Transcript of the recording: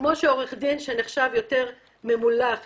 כמו שעורך דין שנחשב ממולח יותר,